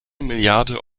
milliarde